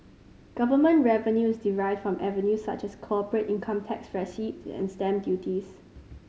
government revenue is derived from avenues such as corporate income tax receipts and stamp duties